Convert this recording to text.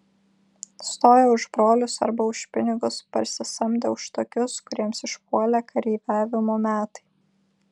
stojo už brolius arba už pinigus parsisamdę už tokius kuriems išpuolė kareiviavimo metai